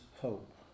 hope